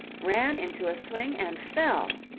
ran into a swing and fell.